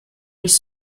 bis